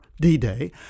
D-Day